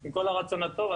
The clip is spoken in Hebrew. עם כל הרצון הטוב.